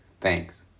Thanks